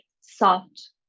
soft